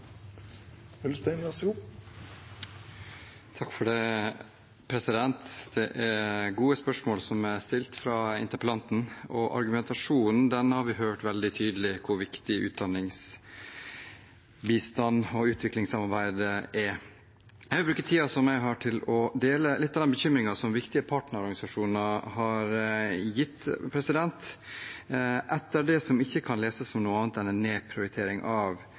interpellanten, og i argumentasjonen har vi hørt veldig tydelig hvor viktig utdanningsbistand og utviklingssamarbeid er. Jeg vil bruke tiden jeg har, til å dele litt av de bekymringene som viktige partnerorganisasjoner har kommet med etter det som ikke kan leses som noe annet enn en nedprioritering av